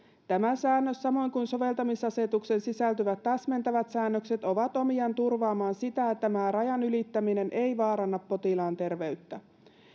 tämä säännös samoin kuin soveltamisasetukseen sisältyvät täsmentävät säännökset ovat omiaan turvaamaan sitä että määräajan ylittäminen ei vaaranna potilaan terveyttä